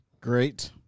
great